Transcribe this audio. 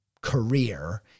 career